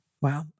Wow